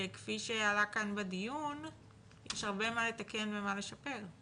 שכפי שעלה כאן בדיון, יש הרבה מה לתקן ומה לשפר.